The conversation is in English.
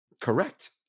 Correct